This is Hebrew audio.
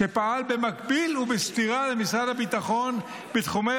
שפעל במקביל ובסתירה למשרד הביטחון בתחומי